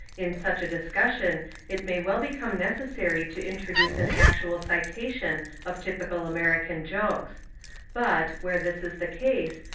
in such a discussion it may well become necessary to introduce an actual citation of typical american jokes but, where this is the case,